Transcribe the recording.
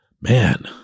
man